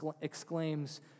exclaims